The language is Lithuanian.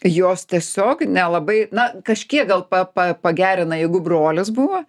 jos tiesiog nelabai na kažkiek gal pa pa pagerina jeigu brolis buvo